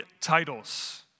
titles